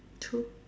true